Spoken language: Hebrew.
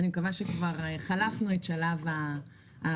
אני מקווה שכבר עברנו את שלב ההפתעה.